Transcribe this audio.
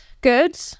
Good